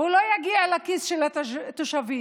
והוא לא יגיע לכיס של התושבים,